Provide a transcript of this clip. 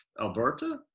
Alberta